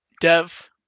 Dev